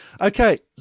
Okay